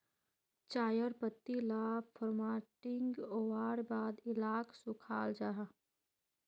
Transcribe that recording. चायर पत्ती ला फोर्मटिंग होवार बाद इलाक सुखाल जाहा